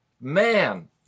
Man